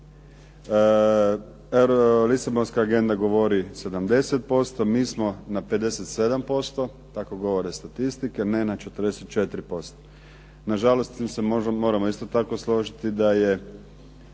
Lisabonska agenda govori 70%. Mi smo na 57%. Tako govore statistike, ne na 44%. Na žalost s tim se moramo isto tako složiti da je